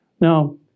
Now